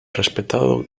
respetado